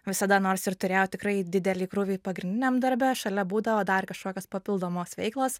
visada nors ir turėjau tikrai didelį krūvį pagrindiniam darbe šalia būdavo dar kažkokios papildomos veiklos